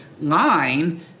line